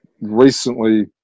recently